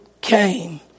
came